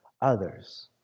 others